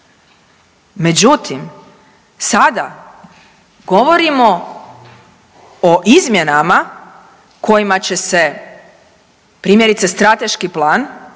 Međutim, sada govorimo o izmjenama kojima će se primjerice strateški plan